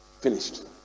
finished